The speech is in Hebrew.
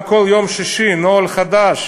גם כל יום שישי, נוהל חדש,